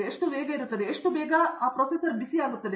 ಮತ್ತು ಅದು ಎಷ್ಟು ಬಿಸಿಯಾಗುತ್ತದೆ